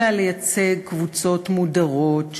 אלא לייצג קבוצות מודרות,